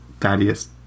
Thaddeus